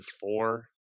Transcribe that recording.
four